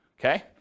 okay